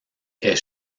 est